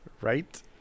Right